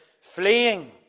fleeing